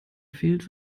fehlt